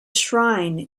shrine